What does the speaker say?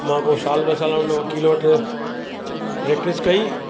मां पोइ साल ॿ साल हुन वकील वटि प्रेक्टिस कई